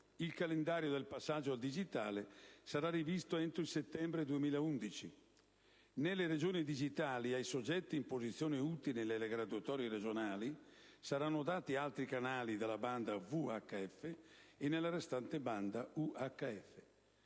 Il calendario del passaggio al digitale sarà rivisto entro il settembre 2011. Nelle Regioni digitali, ai soggetti in posizione utile nelle graduatorie regionali saranno dati altri canali nella banda VHF e nella restante banda UHF.